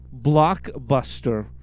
Blockbuster